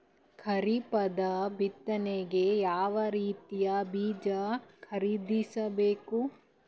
ಖರೀಪದ ಬಿತ್ತನೆಗೆ ಯಾವ್ ರೀತಿಯ ಬೀಜ ಖರೀದಿಸ ಬೇಕು?